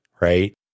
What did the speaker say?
Right